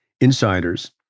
insiders